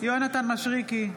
יונתן מישרקי,